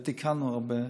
ותיקנו הרבה,